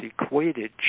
equated